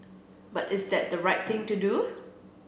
but is that the right thing to do